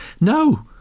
No